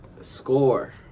Score